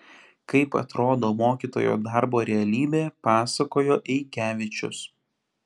kaip atrodo mokytojo darbo realybė pasakojo eikevičius